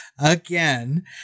Again